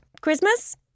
Christmas